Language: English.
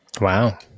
Wow